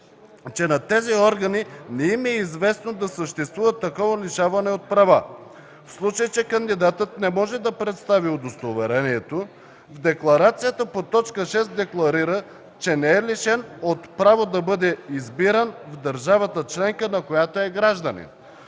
че на тези органи не им е известно да съществува такова лишаване от права; в случай че кандидатът не може да представи удостоверението, в декларацията по т. 6 декларира, че не е лишен от право да бъде избиран в държавата членка, на която е гражданин;